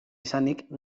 izanik